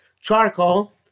charcoal